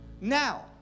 now